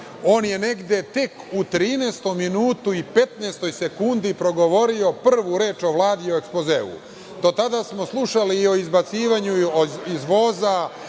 on je negde tek u 13 minutu i petnaestoj sekundi progovorio prvu reč o Vladi i o ekspozeu. Do tada smo slušali i o izbacivanju iz voza,